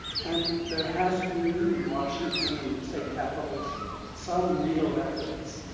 and there has been in washington and in state capitals some real efforts.